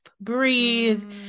breathe